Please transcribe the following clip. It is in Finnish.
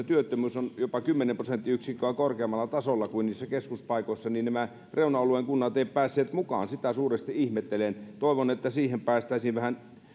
työttömyys on jopa kymmenen prosenttiyksikköä korkeammalla tasolla kuin niissä keskuspaikoissa niin nämä reuna alueen kunnat eivät päässeet mukaan sitä suuresti ihmettelen toivon että sitä päästäisiin vähän